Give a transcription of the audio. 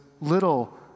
little